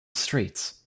streets